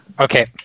Okay